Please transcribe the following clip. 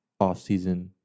offseason